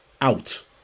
out